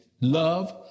love